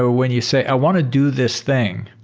ah when you say, i want to do this thing,